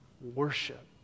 worship